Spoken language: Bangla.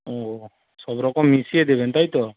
ও সবরকম মিশিয়ে দেবেন তাই তো